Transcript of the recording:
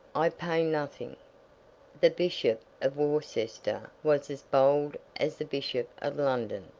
i pay nothing the bishop of worcester was as bold as the bishop of london,